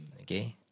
Okay